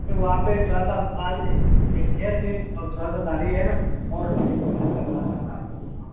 तो वहाँ पर थोड़ा सा बाल हेयर के और थोड़ा सा दाढ़ी है ना और थोड़ा करवाना था हाँ